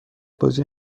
بازی